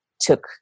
took